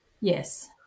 Yes